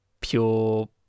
pure